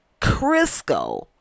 Crisco